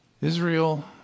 Israel